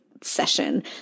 session